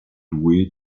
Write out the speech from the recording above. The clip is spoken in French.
doué